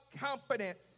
confidence